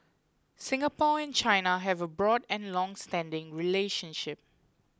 Singapore and China have a broad and longstanding relationship